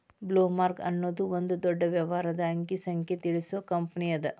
ಬ್ಲೊಮ್ರಾಂಗ್ ಅನ್ನೊದು ಒಂದ ದೊಡ್ಡ ವ್ಯವಹಾರದ ಅಂಕಿ ಸಂಖ್ಯೆ ತಿಳಿಸು ಕಂಪನಿಅದ